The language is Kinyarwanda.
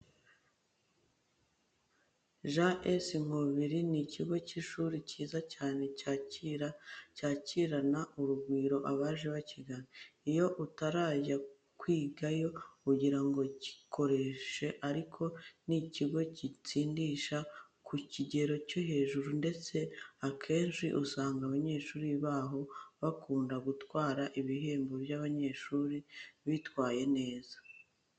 G.S Nkubi ni ikigo cy'ishuri cyiza cyane cyakira cyakirana urugwiro abaje bahagana. Iyo utarajya kwigayo ugira ngo kiroroshye ariko ni ikigo gitsindisha ku kigero cyo hejuru ndetse akenshi usanga abanyeshuri baho bakunda gutwara ibihembo by'abanyeshuri bitwaye neza.